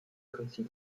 konzil